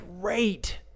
great